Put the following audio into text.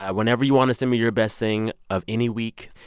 whenever you want to send me your best thing of any week,